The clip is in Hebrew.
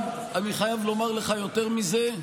אני חייב לומר לך יותר מזה,